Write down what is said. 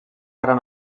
gran